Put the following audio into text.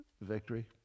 victory